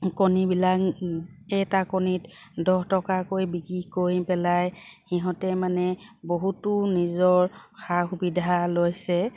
কণীবিলাক এটা কণীত দহ টকাকৈ বিক্ৰী কৰি পেলাই সিহঁতে মানে বহুতো নিজৰ সা সুবিধা লৈছে